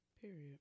Period